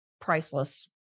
priceless